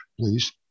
please